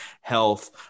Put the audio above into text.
health